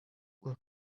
will